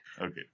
Okay